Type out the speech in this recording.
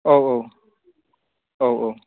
औ औ औ औ